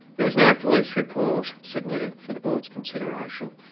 there was no police report submitted for the board's consideration,